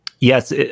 yes